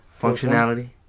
functionality